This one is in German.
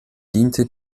diente